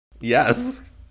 Yes